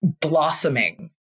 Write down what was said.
blossoming